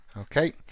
Okay